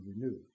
renewed